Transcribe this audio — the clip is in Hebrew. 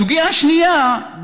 הסוגיה השנייה,